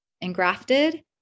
engrafted